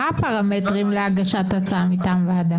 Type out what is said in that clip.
מה הפרמטרים להגשת הצעה מטעם הוועדה?